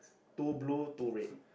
two blue two red